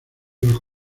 los